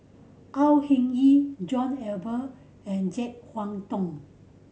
Au Hing Yee John Eber and Jek Huang Thong